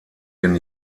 den